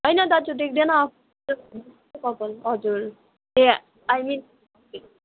होइन दाजु देख्दैन कपाल हजुर ए आई मिन